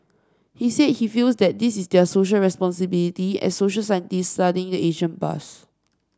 he said he feels that this is their Social Responsibility as social scientists studying the ancient past